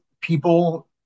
people